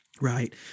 right